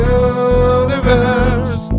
universe